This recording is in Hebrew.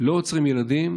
לא עוצרים ילדים,